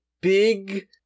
big